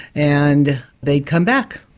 and they'd come back,